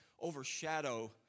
overshadow